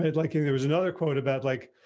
and like, and there was another quote about like,